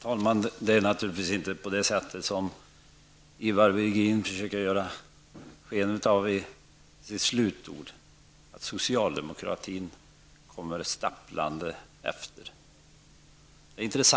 Herr talman! Det är naturligtvis inte på det sättet som Ivar Virgin försökte ge sken av i slutet av sitt anförande, nämligen att socialdemokratin kommer stapplande efter.